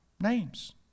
names